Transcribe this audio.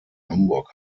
hamburg